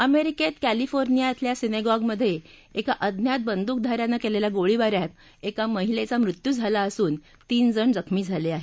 अमेरिकेत कक्रिफोर्निया इथल्या सिनेगॉग मध्ये एका अज्ञात बंधुकधा याने केलेल्या गोळीबारात एका महिलेचा मृत्यू झाला असून तीन जण जखमी झाले आहेत